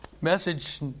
message